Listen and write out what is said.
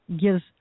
gives